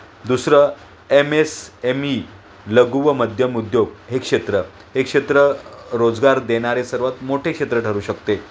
दुसरं M S M E लघु व मध्यम उद्योग हे क्षेत्र हे क्षेत्र रोजगार देणारे सर्वात मोठे क्षेत्र ठरू शकते